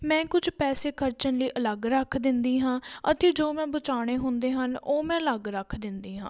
ਮੈਂ ਕੁਝ ਪੈਸੇ ਖਰਚਣ ਲਈ ਅਲੱਗ ਰੱਖ ਦਿੰਦੀ ਹਾਂ ਅਤੇ ਜੋ ਮੈਂ ਬਚਾਉਣੇ ਹੁੰਦੇ ਹਨ ਉਹ ਮੈਂ ਅਲੱਗ ਰੱਖ ਦਿੰਦੀ ਹਾਂ